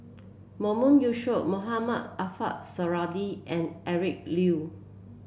Mahmood Yusof Mohamed Ariff Suradi and Eric Low